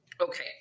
Okay